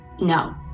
No